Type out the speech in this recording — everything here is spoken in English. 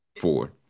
Four